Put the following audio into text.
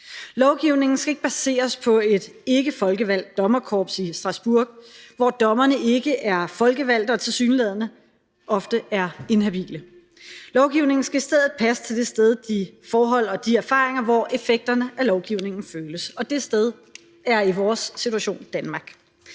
Lovgivningen skal ikke baseres på et dommerkorps i Strasbourg, hvor dommerne ikke er folkevalgte og tilsyneladende ofte er inhabile. Lovgivningen skal i stedet passe til det sted, de forhold og de erfaringer, hvor effekterne af lovgivningen føles, og det sted er i vores situation Danmark.